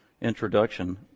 introduction